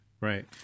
Right